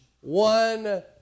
One